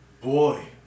boy